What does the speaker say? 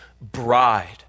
bride